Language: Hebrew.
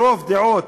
ברוב דעות,